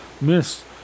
Miss